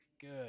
good